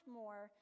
more